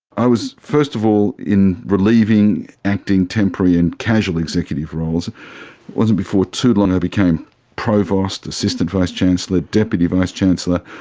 i was first of all in relieving, acting, temporary and casual executive roles. it wasn't before too long i became provost assistant vice chancellor, deputy vice chancellor,